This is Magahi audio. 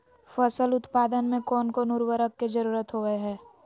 फसल उत्पादन में कोन कोन उर्वरक के जरुरत होवय हैय?